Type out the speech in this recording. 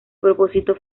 propósito